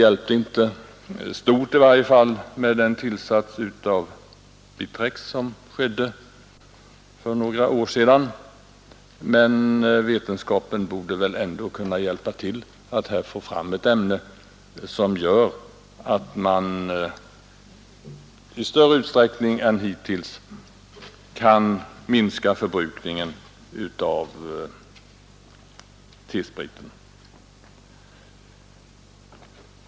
Jag vet att den tillsats av bitrex som skedde för några år sedan inte hjälpte stort, men vetenskapen borde väl ändå kunna få fram ett ämne som i större utsträckning än hittills skulle kunna minska förbrukningen av T-sprit.